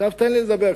עכשיו תן לי לדבר.